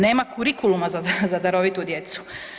Nema kurikuluma za darovitu djecu.